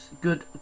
good